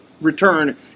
return